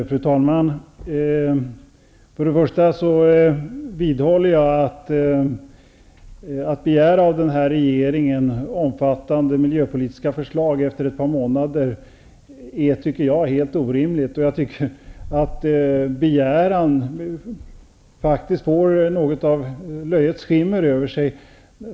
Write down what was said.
Fru talman! Först och främst vidhåller jag att det är helt orimligt att efter bara ett par månader begära omfattande miljöpolitiska förslag från regeringen. Dessutom tycker jag att denna begäran faktiskt i någon mån har ett löjets skimmer över sig.